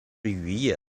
渔业